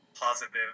positive